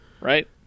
Right